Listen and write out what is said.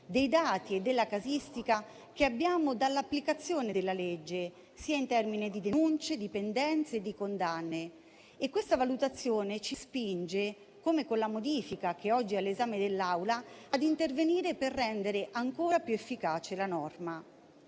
dei dati e della casistica che abbiamo sull'applicazione della legge, in termini di denunce, di pendenze e condanne. Questa valutazione ci spinge, come con la modifica che oggi è all'esame dell'Assemblea, a intervenire per rendere ancora più efficace la norma.